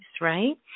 right